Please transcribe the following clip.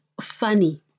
funny